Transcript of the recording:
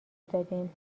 دادیم